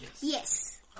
Yes